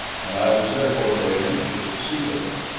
and i was therefore very anxious to see them.